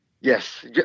yes